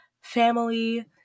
family